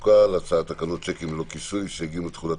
הנושא: תקנות שיקים ללא כיסוי (סייגים לתחולת